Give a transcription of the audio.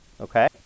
Okay